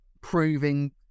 proving